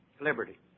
liberty